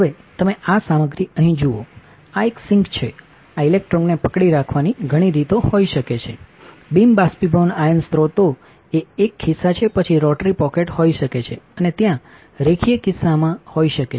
હવે તમે આ સામગ્રી અહીં જુઓ આ એક સિંક છે આ ઇલેક્ટ્રોનને પકડી રાખવાની ઘણી રીતો હોઈ શકે છે બીમ બાષ્પીભવનઆયન સ્ત્રોતો એક એક ખિસ્સા છે પછી રોટરી પોકેટ હોઈ શકે છે અને ત્યાં રેખીય ખિસ્સા હોઈ શકે છે